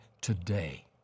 today